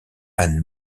anne